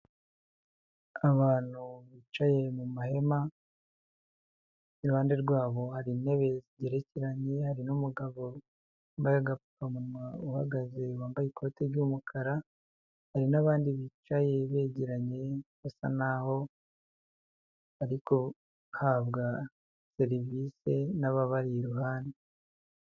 Abantu bicaye mu mahema, iruhande rwabo hari intebe zigerekeranye, hari n'umugabo wambaye agapfukamunwa, uhagaze, wambaye, ikote ry'umukara, hari n'abandi bicaye begeranye basa n'aho bari guhabwa serivise n'ababari iruhande.